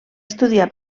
estudiar